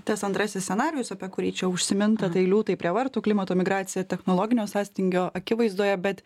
tas antrasis scenarijus apie kurį čia užsiminta tai liūtai prie vartų klimato migracija technologinio sąstingio akivaizdoje bet